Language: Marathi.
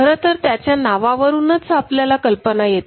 खरंतर त्याच्या नावावरूनच आपल्याला कल्पना येते